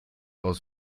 aus